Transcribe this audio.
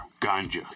ganja